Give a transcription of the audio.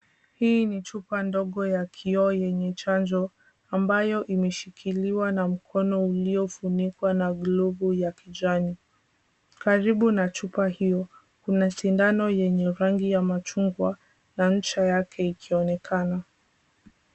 Hii ni chupa ndogo ya Kiio yenye chanjo, ambayo imeshikiliwa na mkono uliofunikwa na glavu ya kijani. Karibu na chupa hiyo, kuna sindano yenye rangi ya machungwa na ncha yake ikionekana.